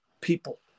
people